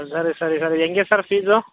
ಸರಿ ಸರಿ ಸರಿ ಹೆಂಗೆ ಸರ್ ಫೀಸು